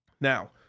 Now